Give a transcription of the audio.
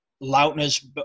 loudness